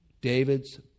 David's